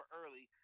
early